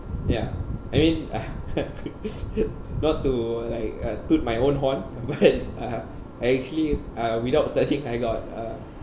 ya I mean uh not to like uh toot my own horn but uh I actually uh without searching I got uh